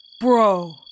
bro